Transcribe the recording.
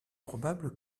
probable